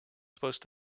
supposed